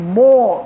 more